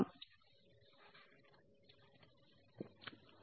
సరే